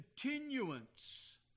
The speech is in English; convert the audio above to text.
continuance